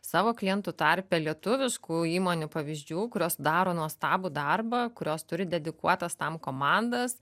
savo klientų tarpe lietuviškų įmonių pavyzdžių kurios daro nuostabų darbą kurios turi dedikuotas tam komandas